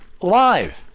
live